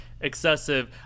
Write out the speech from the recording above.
Excessive